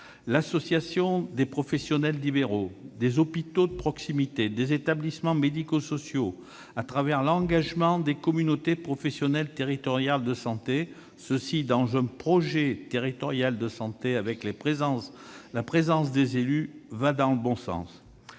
L'association des professionnels libéraux, des hôpitaux de proximité et des établissements médico-sociaux au travers de l'engagement des communautés professionnelles territoriales de santé dans un projet territorial de santé, en présence des élus, va dans le bon sens.